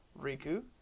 Riku